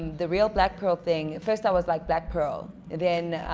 the real black pearl thing. first i was like black pearl then